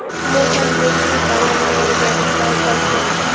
मोहन मुर्गी पालनेर व्यवसाय कर छेक